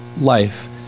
life